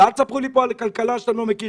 ואל תספרו לי פה על כלכלה שאתם לא מכירים.